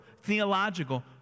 theological